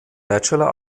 bachelor